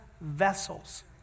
vessels